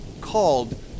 called